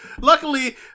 luckily